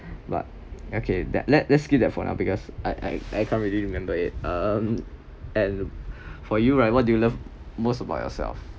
but okay that let let's skip that for now because I I can't really remember it um and for you right what do you love most about yourself